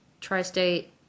Tri-State